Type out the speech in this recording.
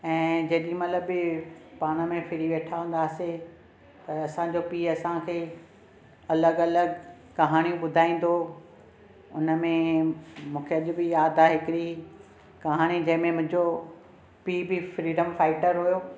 ऐं जेॾीमहिल बि पाण में फ्री वेठा हूंदासीं त असांजो पीउ असांखे अलॻि अलॻि कहाणियूं ॿुधाईंदो उन में मूंखे अॼु बि यादि आहे हिकिड़ी कहाणी जंहिंमें मुंहिंजो पीउ बि फ्रीडम फाइटर हुओ